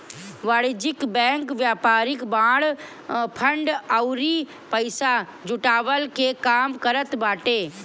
वाणिज्यिक बैंक व्यापारिक bond, fund अउरी पईसा जुटवला के काम करत बाटे